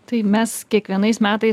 tai mes kiekvienais metais